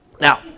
Now